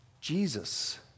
Jesus